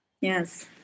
Yes